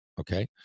okay